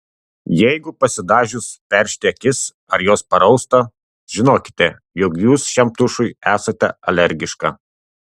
jeigu pasidažius peršti akis ar jos parausta žinokite jog jūs šiam tušui esate alergiška